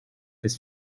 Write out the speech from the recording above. his